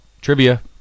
trivia